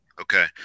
okay